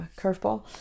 curveball